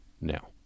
now